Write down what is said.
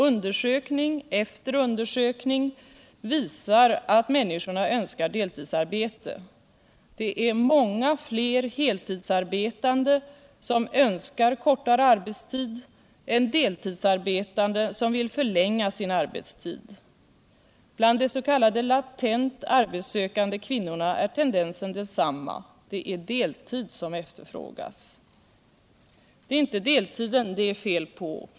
Undersökning efter undersökning visar att människorna önskar deltidsarbete. Det är många fler heltidsarbetande som önskar kortare arbetstid än deltidsarbetande som vill förlänga sin arbetstid. Bland de s.k. latent arbetssökande kvinnorna är tendensen densamma. Det är deltid som efterfrågas. Det är inte deluden det är fel på.